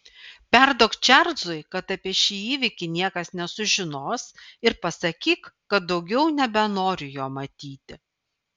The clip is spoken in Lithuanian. perduok čarlzui kad apie šį įvykį niekas nesužinos ir pasakyk kad daugiau nebenoriu jo matyti